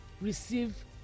receive